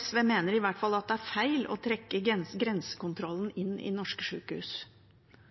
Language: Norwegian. SV mener i hvert fall at det er feil å trekke grensekontrollen inn i norske sykehus. Man kan jo lure på om det er